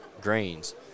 grains